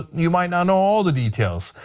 you might not know all the details.